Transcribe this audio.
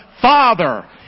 Father